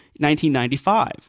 1995